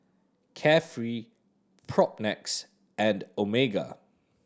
Carefree Propnex and Omega